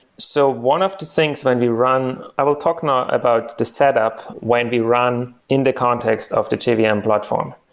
so one of the things when we run i will talk now about the set up when we run in the context of the jvm yeah um platform.